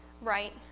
right